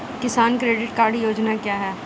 किसान credit card योजना क्या है?